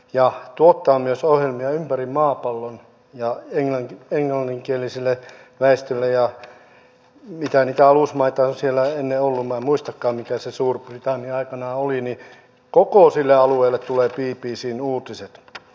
se tuottaa myös ohjelmia ympäri maapallon ja englanninkieliselle väestölle mitä niitä alusmaita siellä on ennen ollut minä en muistakaan mikä se suur britannia aikanaan oli koko sille alueelle tulee bbcn uutiset